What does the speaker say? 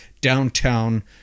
downtown